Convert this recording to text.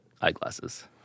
eyeglasses